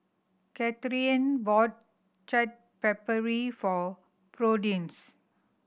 Katharyn bought Chaat Papri for Prudence